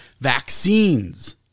vaccines